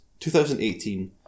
2018